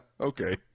okay